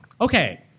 Okay